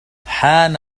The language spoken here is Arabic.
حان